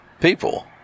people